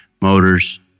motors